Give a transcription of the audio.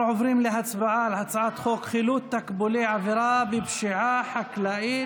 אנחנו עוברים להצבעה על הצעת חוק חילוט תקבולי עבירה בפשיעה חקלאית,